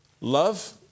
love